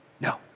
No